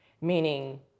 meaning